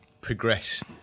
progress